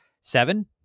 seven